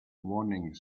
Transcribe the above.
warnings